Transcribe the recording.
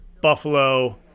Buffalo